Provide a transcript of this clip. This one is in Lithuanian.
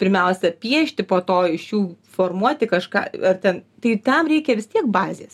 pirmiausia piešti po to iš jų formuoti kažką ar ten tai tam reikia vis tiek bazės